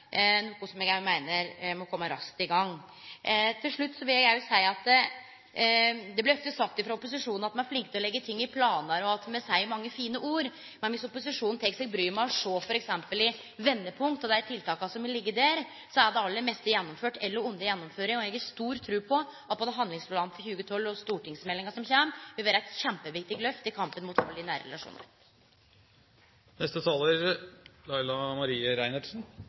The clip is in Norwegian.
noko som eg òg meiner må kome raskt i gang. Til slutt vil eg seie at det ofte blir sagt frå opposisjonen at me er flinke til å lage planar og at me seier mange fine ord, men viss opposisjonen tek seg bryet med å sjå f.eks. i Vendepunkt og dei tiltaka som ligg der, er det aller meste gjennomført eller under gjennomføring, og eg har stor tru på at både handlingsplanen for 2012 og stortingsmeldinga som kjem, vil vere eit kjempeviktig lyft i kampen mot vald i